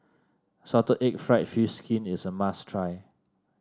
Salted Egg fried fish skin is a must try